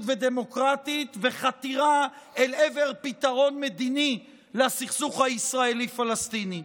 ודמוקרטית וחתירה אל עבר פתרון מדיני לסכסוך הישראלי פלסטיני.